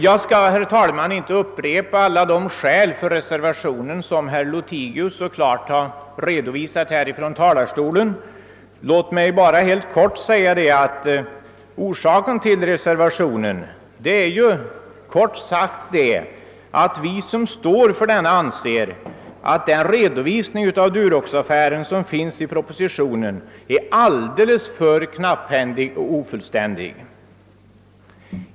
Jag skall, herr talman, inte upprepa alla de skäl för reservationen som herr Lothigius så klart redovisat från talarstolen. Låt mig bara helt kort säga att reservationen tillkommit därför att vi reservanter anser att den redovisning av Duroxaffären som lämnas i propositionen är alldeles för knapphändig och ofullständig.